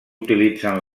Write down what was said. utilitzen